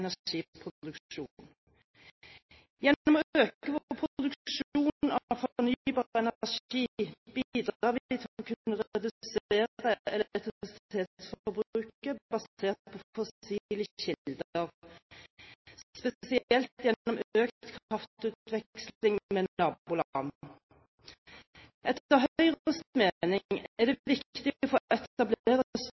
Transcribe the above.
Gjennom å øke vår produksjon av fornybar energi bidrar vi til å kunne redusere elektrisitetsforbruket basert på fossile kilder, spesielt gjennom økt kraftutveksling med naboland. Etter Høyres mening er det viktig å få etablere